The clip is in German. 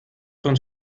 von